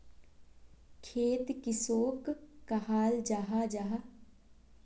खेत किसोक कहाल जाहा जाहा?